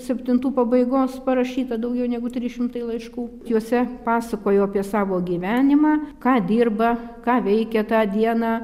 septintų pabaigos parašyta daugiau negu trys šimtai laiškų juose pasakojo apie savo gyvenimą ką dirba ką veikė tą dieną